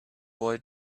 boy